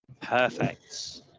perfect